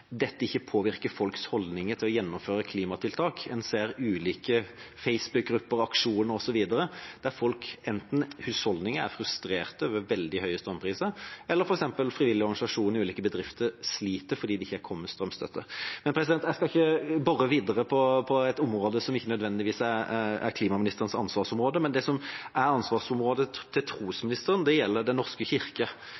dette ikke påvirker folks holdninger til å gjennomføre klimatiltak. En ser ulike facebookgrupper, aksjoner osv. der enten husholdninger er frustrerte over veldig høye strømpriser, eller f.eks. frivillige organisasjoner og ulike bedrifter sliter fordi det ikke er kommet strømstøtte. Jeg skal ikke bore videre på et område som ikke nødvendigvis er klimaministerens ansvarsområde, men det som er ansvaret til